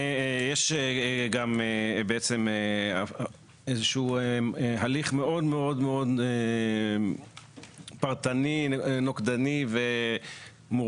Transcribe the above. יש גם בעצם איזשהו הליך מאוד מאוד נוקדני ומורכב